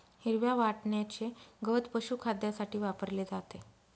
हिरव्या वाटण्याचे गवत पशुखाद्यासाठी वापरले जाते